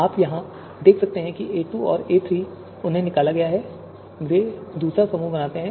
आप यहां देख सकते हैं a2 और a3 उन्हें निकाला गया है और वे दूसरा समूह बनाते हैं